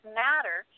matter